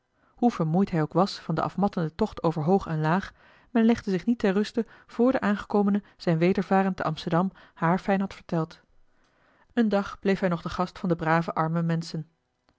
vermoeid hij ook was van den afmattenden tocht over hoog en laag men legde zich niet ter ruste voor de aangekomene zijn wedervaren te amsterdam haarfijn had verteld eli heimans willem roda een dag bleef hij nog de gast van de brave arme menschen